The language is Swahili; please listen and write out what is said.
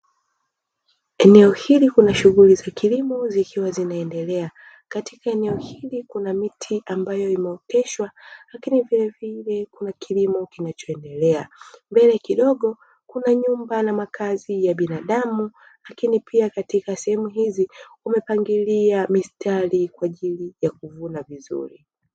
Eneo hiki kuna shughuli za kilimo zikiwa zinae endelea, katika eneo hili kuna miti ambayo imeoteshwa lakini vile vile kuna kilimo kinacho endelea, mbele kidogo kuna makazi ya binaadamu lakini pia katika sehemu hizi kumepangilia mistari kwajili ya kuvuna vizuri.